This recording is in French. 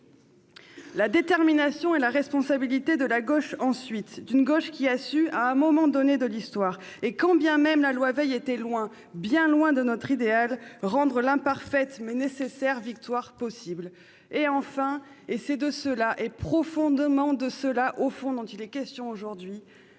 la détermination et la responsabilité de la gauche, une gauche qui a su, à un moment donné de l'histoire et quand bien même la loi Veil était loin, bien loin, de notre idéal rendre possible l'imparfaite, mais nécessaire victoire. Le troisième élément- et c'est profondément de cela, au fond, dont il est question aujourd'hui